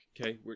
okay